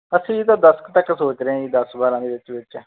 ਅਸੀਂ ਤਾਂ ਦਸ ਕੁ ਤੱਕ ਸੋਚ ਰਹੇ ਜੀ ਦਸ ਬਾਰਾਂ ਦੇ ਵਿੱਚ ਵਿੱਚ